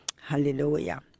Hallelujah